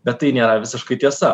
bet tai nėra visiškai tiesa